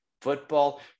football